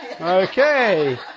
Okay